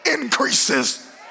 increases